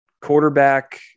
quarterback